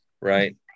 Right